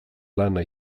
lana